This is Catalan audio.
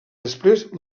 després